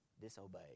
disobey